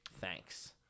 Thanks